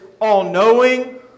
all-knowing